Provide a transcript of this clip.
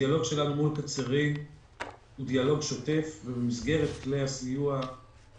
הדיאלוג שלנו מול קצרין הוא דיאלוג שוטף ובמסגרת כלי הסיוע של